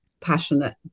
passionate